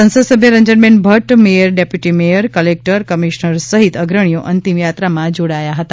સંસદ સભ્ય Ranjanben Bhatt mayor deputy mayor collector commissioner સહિત અગ્રણીઓ અંતિમયાત્રામાં જોડાયા હતા